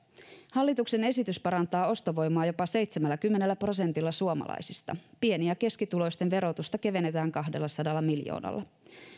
hallituksen esitys parantaa ostovoimaa jopa seitsemälläkymmenellä prosentilla suomalaisista pieni ja keskituloisten verotusta kevennetään kahdellasadalla miljoonalla